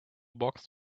box